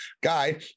guy